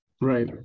Right